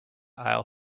aisle